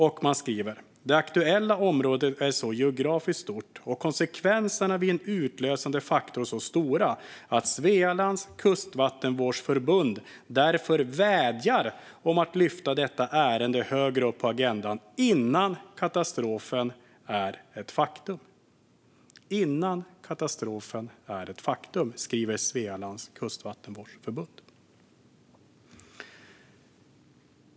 Man skriver: Det aktuella området är så geografiskt stort och konsekvenserna vid en utlösande faktor så stora att Svealands Kustvattenvårdsförbund därför vädjar om att lyfta detta ärende högre upp på agendan innan katastrofen är ett faktum. Innan katastrofen är ett faktum, skriver alltså Svealands Kustvattenvårdsförbund.